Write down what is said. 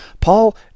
Paul